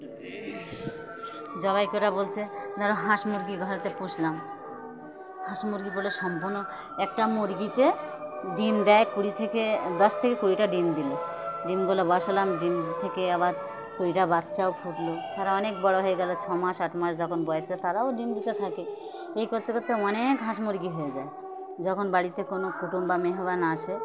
জবাই করা বলতে হাঁস মুরগি ঘরেতে পুষলাম হাঁস মুরগি পুষলে সম্পূর্ণ একটা মুরগিতে ডিম দেয় কুড়ি থেকে দশ থেকে কুড়িটা ডিম দিল ডিমগুলো বসালাম ডিম থেকে আবার কুড়িটা বাচ্চাও ফুটলো তারা অনেক বড়ো হয়ে গেলো ছ মাস আট মাস যখন বয়সে তারাও ডিম দিতে থাকে এই করতে করতে অনেক হাঁস মুরগি হয়ে যায় যখন বাড়িতে কোনো কুটুম বা মেহমান আসে